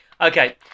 Okay